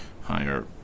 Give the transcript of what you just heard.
higher